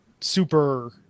super